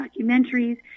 documentaries